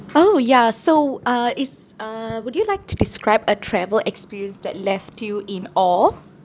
oh ya so uh is uh would you like to describe a travel experience that left you in awe